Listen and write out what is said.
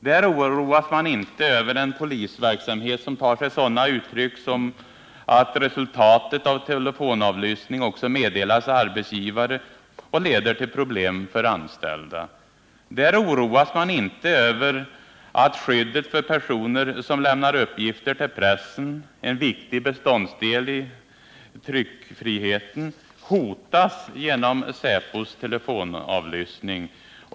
Där oroas man inte över en polisverksamhet som tar sig sådana uttryck som att resultatet av telefonavlyssning också meddelas arbetsgivare och leder till problem för anställda. Där oroas man inte över att skyddet för personer som lämnar uppgifter till pressen, en viktig beståndsdel i tryckfriheten, hotas genom säpos telefonavlyssning.